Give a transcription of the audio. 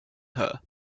her